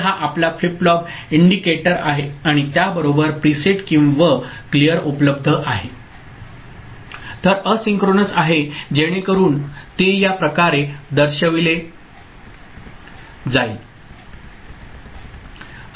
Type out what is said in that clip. तर हा आपला फ्लिप फ्लॉप इंडिकेटर आहे आणि त्या बरोबर प्रीसेट व क्लीयर उपलब्ध आहे तर एसिंक्रोनस आहे जेणेकरून ते या प्रकारे दर्शविले जाईल